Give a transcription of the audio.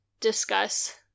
discuss